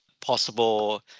possible